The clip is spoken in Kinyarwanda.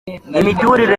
imiturire